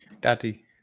Daddy